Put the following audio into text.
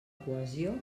cohesió